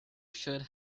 should